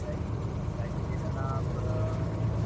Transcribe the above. इलायची इलायची ले लेना आप